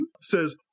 says